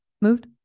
Moved